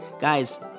Guys